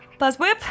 Buzzwhip